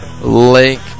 link